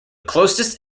closest